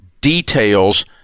details